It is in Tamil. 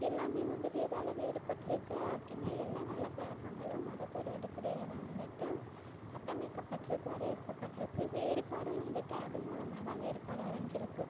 எல்லாமே வந்துவிட்டு எதால வேறுபட்டுருக்கு அப்படின்னா எல்லா நல்ல பழக்கங்களும் மதத்தோட அடிப்படையில் தான் வந்துவிட்டு கட்டமைக்கப்பட்டுருக்கு வரையறுக்கப்பட்டுருக்கு வேறுபாடும் வந்துவிட்டு அது மூலமாக தான் வேறுபாடு அடைஞ்சிருக்கு